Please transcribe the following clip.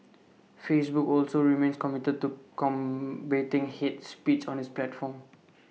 Facebook also remains committed to combating hate speech on its platform